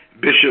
Bishop